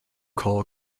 call